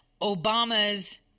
Obama's